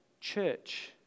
church